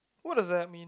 what does that mean